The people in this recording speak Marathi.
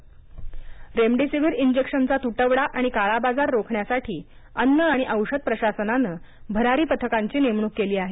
रेमडेसिवीर रेमडेसिवीर इंजेक्शनचा तुटवडा आणि काळाबाजार रोखण्यासाठी अन्न आणि औषध प्रशासनाने भरारी पथकांची नेमणूक केली आहे